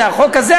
זה החוק הזה,